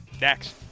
Next